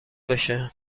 باشه